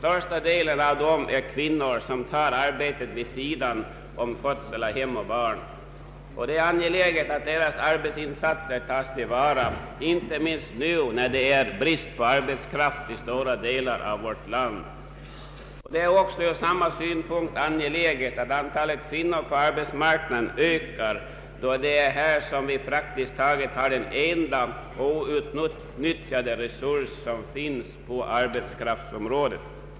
Största delen av dem är kvinnor som tar arbete vid sidan om skötseln av hem och barn. Det är angeläget att deras arbetsinsatser tas till vara, inte minst nu, när det är brist på arbetskraft i stora delar av vårt land. Från samma synpunkt är det också angeläget att antalet kvinnor på arbetsmarknaden ökar, då det är här som vi har den praktiskt taget enda outnyttjade reserv som finns på <arbetskraftsområdet.